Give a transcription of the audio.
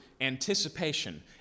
anticipation